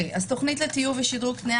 השאלה,